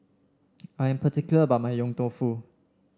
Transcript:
I am particular about my Yong Tau Foo